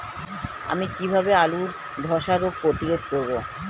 আমি কিভাবে আলুর ধ্বসা রোগ প্রতিরোধ করব?